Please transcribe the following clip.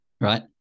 Right